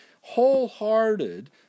wholehearted